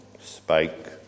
spike